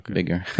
Bigger